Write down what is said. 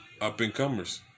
up-and-comers